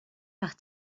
par